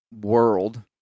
world